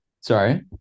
Sorry